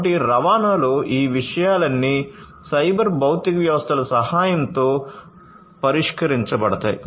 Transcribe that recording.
కాబట్టి రవాణాలో ఈ విషయాలన్నీ సైబర్ భౌతిక వ్యవస్థల సహాయంతో పరిష్కరించబడతాయి